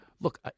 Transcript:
Look